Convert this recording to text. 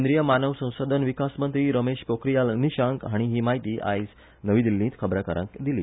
केंद्रीय मनीस संसाधन विकास मंत्री रमेश पोखरीयाल निशांक हांणी ही माहिती काल नवी दिल्लींत खबराकारांक दिली